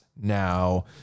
now